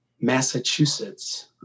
Massachusetts